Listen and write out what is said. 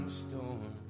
storm